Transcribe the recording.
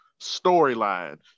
storyline